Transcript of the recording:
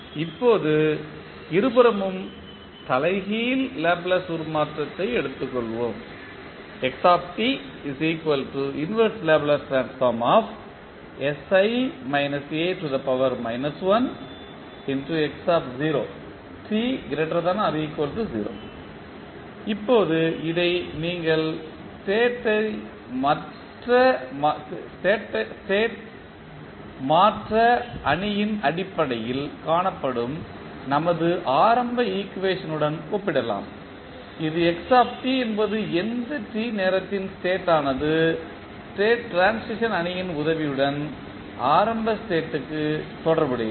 இப்போது இருபுறமும் தலைகீழ் லேப்ளேஸ் உருமாற்றத்தை எடுத்துக்கொள்வோம் இப்போது இதை நீங்கள் ஸ்டேட்யை மாற்ற அணியின் அடிப்படையில் காணப்படும் நமது ஆரம்ப ஈக்குவேஷனுடன் ஒப்பிடலாம் இது x என்பது எந்த t நேரத்தின் ஸ்டேட் ஆனது ஸ்டேட் ட்ரான்சிஷன் அணியின் உதவியுடன் ஆரம்ப ஸ்டேட்க்கு தொடர்புடையது